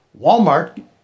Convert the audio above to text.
Walmart